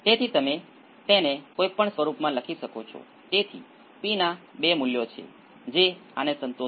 તેથી તમે લોગ પર જોઈ શકો છો કે આ શું છે હા તમારે અલગથી મૂલ્યાંકન કરવું પડશે